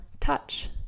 touch